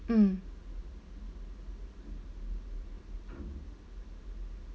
mm